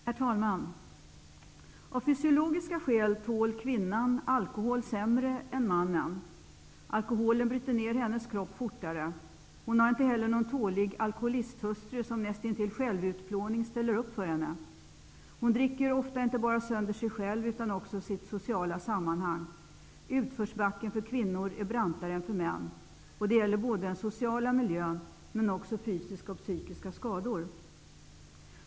Herr talman! Av fysiologiska skäl tål kvinnan alkohol sämre än mannen. Alkoholen bryter ner hennes kropp fortare. Hon har inte heller någon tålig alkoholisthustru, som näst intill självutplåning ställer upp för henne. Hon dricker ofta inte bara sönder sig själv, utan också sitt sociala sammanhang. Utförsbacken för kvinnor är brantare än för män. Det gäller både den sociala miljön och fysiska och psykiska skador.